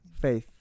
Faith